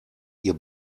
ihr